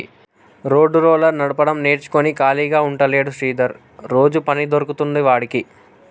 road roller నడపడం నేర్చుకుని ఖాళీగా ఉంటలేడు శ్రీధర్ రోజు పని దొరుకుతాంది వాడికి